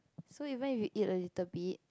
so even if you eat a little bit